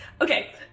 Okay